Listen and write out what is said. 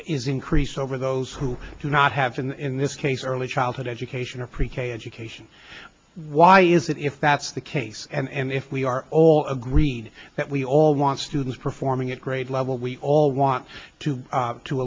is increase over those who do not have been in this case early childhood education or pre k education why is that if that's the case and if we are all agreed that we all want students performing at grade level we all i want to